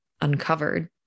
uncovered